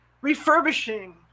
refurbishing